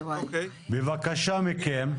בבקשה מכם,